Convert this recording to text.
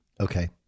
Okay